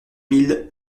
mille